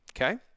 okay